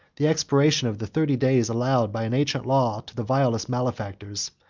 the expiration of the thirty days allowed by an ancient law to the vilest malefactors,